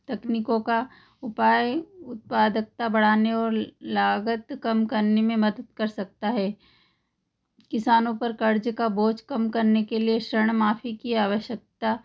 तकनीकों का उपाय उत्पादकता बढ़ाने और लागत कम करने में मदद कर सकता है किसानों पर कर्ज का बोझ कम करने के लिए शरण माफी की आवश्यकता